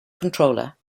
controller